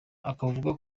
akavuga